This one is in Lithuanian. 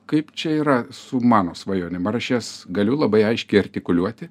kaip čia yra su mano svajonėm ar aš jas galiu labai aiškiai artikuliuoti